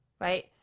right